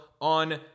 On